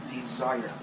desire